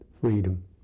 freedom